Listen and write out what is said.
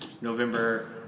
November